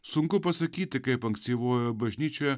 sunku pasakyti kaip ankstyvojoje bažnyčioje